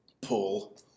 Pull